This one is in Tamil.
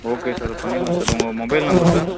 ஓகே சார் பண்ணிடலாம் சார் உங்கள் மொபைல் நம்பர் சார்